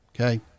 Okay